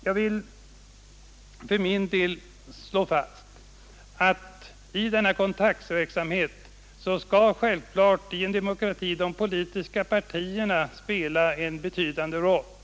Jag vill för min del slå fast att i denna kontaktverksamhet skall i en demokrati de politiska partierna spela en betydande roll.